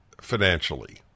financially